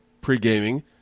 pre-gaming